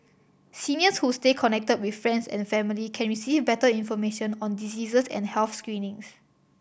seniors who stay connected with friends and family can receive better information on diseases and health screenings